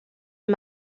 est